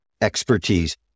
expertise